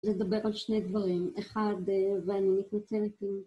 לדבר על שני דברים, אחד, ואני מתנצלת אם